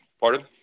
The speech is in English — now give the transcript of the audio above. pardon